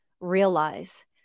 realize